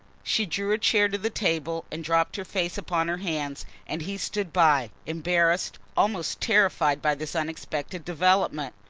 she drew a chair to the table and dropped her face upon her hands and he stood by, embarrassed, almost terrified, by this unexpected development.